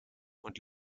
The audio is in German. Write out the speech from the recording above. und